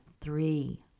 three